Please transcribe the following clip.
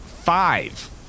five